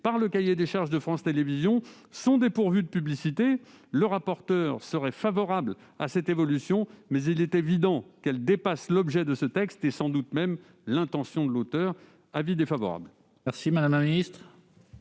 par le cahier des charges de France Télévisions est dépourvu de publicité. Le rapporteur serait favorable à cette évolution, mais il est évident qu'elle dépasse l'objet de ce texte et sans doute même l'intention de l'auteur. La commission a donc émis un avis